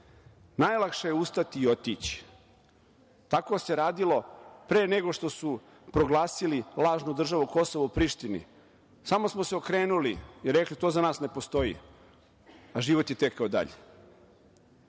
Najlakše je ustati i otići. Tako se radilo pre nego što su proglasili lažnu državu Kosovo u Prištini. Samo smo se okrenuli i rekli – to za nas ne postoji, a život je tekao dalje. Da